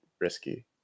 risky